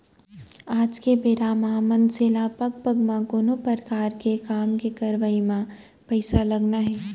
आज के बेरा म मनसे ल पग पग म कोनो परकार के काम के करवई म पइसा लगना हे